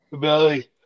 Billy